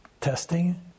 testing